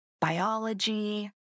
biology